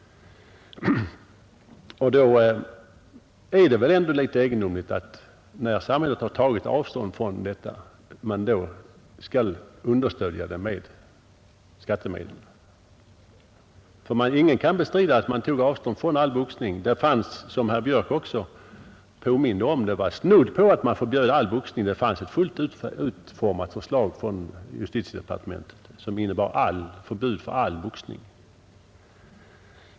Det är väl ändå litet egendomligt, när samhället tagit avstånd från boxning, att vi då skall understödja den med skattemedel. Ingen kan bestrida att vi tog avstånd från all boxning. Det var, som herr Björk också påminde om, snudd på att man förbjöd all boxning. Det fanns ett fullt utformat förslag från justitiedepartementet, som innebar förbud för all boxning.